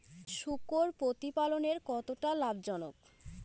শূকর প্রতিপালনের কতটা লাভজনক?